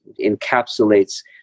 encapsulates